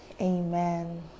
Amen